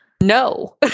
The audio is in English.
No